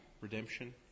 Redemption